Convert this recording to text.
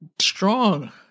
strong